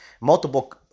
multiple